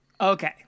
Okay